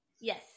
Yes